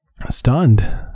stunned